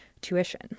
tuition